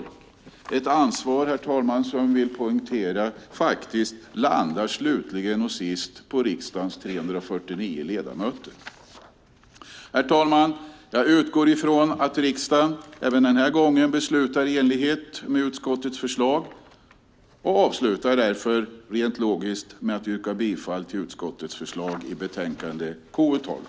Jag vill poängtera att det är ett ansvar, herr talman, som faktiskt slutligen och sist landar på riksdagens 349 ledamöter. Herr talman! Jag utgår från att riksdagen även den här gången beslutar i enlighet med utskottets förslag och avslutar därför rent logiskt med att yrka bifall till utskottets förslag i utlåtande KU12.